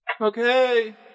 Okay